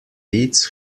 eats